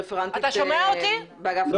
רפרנטית באגף התקציבים.